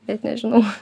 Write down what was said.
net nežinau